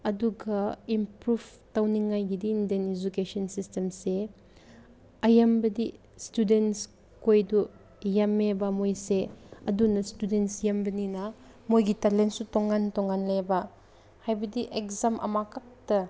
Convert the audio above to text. ꯑꯗꯨꯒ ꯏꯝꯄ꯭ꯔꯨꯐ ꯇꯧꯅꯤꯉꯥꯏꯒꯤꯗꯤ Indian education ꯁꯤꯁꯇꯦꯝꯁꯦ ꯑꯌꯥꯝꯕꯗꯤ ꯏꯁꯇꯨꯗꯦꯟꯁꯈꯣꯏꯗꯣ ꯌꯥꯝꯃꯦꯕ ꯃꯣꯏꯁꯦ ꯑꯗꯨꯅ ꯏꯁꯇꯨꯗꯦꯟꯁ ꯌꯥꯝꯕꯅꯤꯅ ꯃꯣꯏꯒꯤ ꯇꯦꯂꯦꯟꯁꯨ ꯇꯣꯉꯥꯟ ꯇꯣꯉꯥꯟꯂꯦꯕ ꯍꯥꯏꯕꯗꯤ ꯑꯦꯛꯖꯥꯝ ꯑꯃꯈꯛꯇ